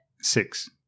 Six